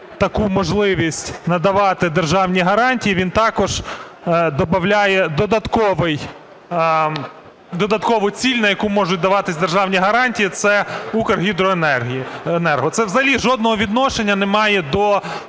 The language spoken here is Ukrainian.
таку можливість – надавати державні гарантії, він також добавляє додаткову ціль, на яку можуть даватися державні гарантії, це "Укргідроенерго". Це взагалі жодного відношення не має до